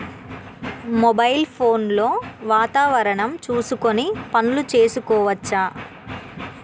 Mobile phone లో వాతావరణం చూసుకొని పనులు చేసుకోవచ్చా?